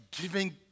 giving